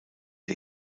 der